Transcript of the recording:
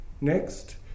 Next